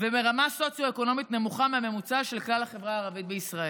ומרמה סוציו-אקונומית נמוכה מהממוצע של כלל החברה הערבית בישראל.